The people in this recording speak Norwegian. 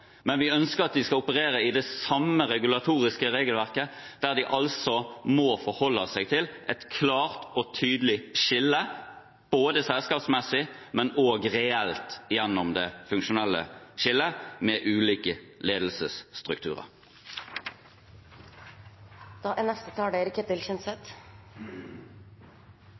men vi ønsker at de skal operere innenfor det samme regulatoriske regelverket, der de må forholde seg til et klart og tydelig skille både selskapsmessig og reelt gjennom det funksjonelle skillet med ulike ledelsesstrukturer. Til representanten Ole André Myhrvold i Senterpartiet: Det vi diskuterer i dag, er